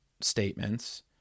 statements